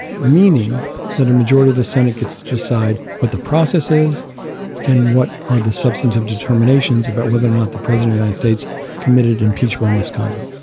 meaning that a majority of the senate gets to decide what the process and what are the substantive determinations about whether or not the president, united states committed impeachable misconduct